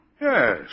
Yes